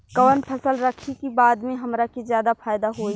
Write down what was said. कवन फसल रखी कि बाद में हमरा के ज्यादा फायदा होयी?